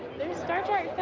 there's star trek